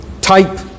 type